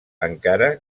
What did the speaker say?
encara